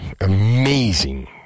amazing